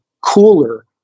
cooler